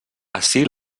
ací